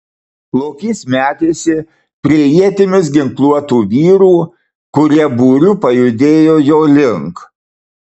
lokys metėsi prie ietimis ginkluotų vyrų kurie būriu pajudėjo jo link